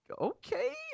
okay